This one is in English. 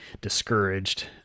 discouraged